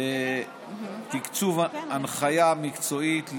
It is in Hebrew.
תקצוב הנחיה מקצועית,